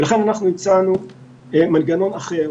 לכן הצענו מנגנון אחר,